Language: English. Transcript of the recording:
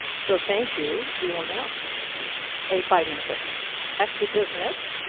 so thank you. we will now take a five minute break. back to business,